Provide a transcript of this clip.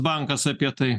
bankas apie tai